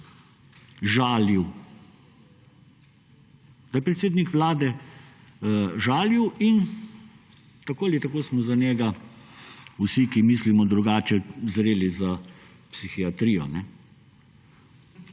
žalil. Da je predsednik vlade žalil. In tako ali tako smo za njega vsi, ki mislimo drugače, zreli za psihiatrijo.